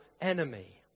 enemy